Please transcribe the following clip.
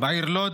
בעיר לוד